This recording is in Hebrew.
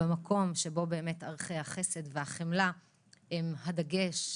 במקום שבו ערכי החסד והחמלה הם הדגש,